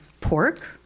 pork